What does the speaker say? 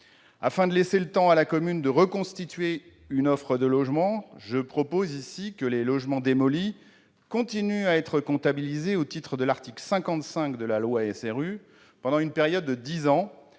Afin de laisser le temps à la commune de reconstituer une offre de logements sociaux, je propose que les logements démolis continuent à être comptabilisés, au titre de l'article 55 de la loi SRU, pendant une période de dix ans